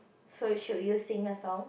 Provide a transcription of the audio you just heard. so should you sing a song